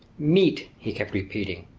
meat! he kept repeating.